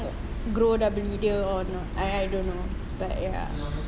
grow dah beli dia or not I I don't know but ya